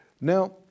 Now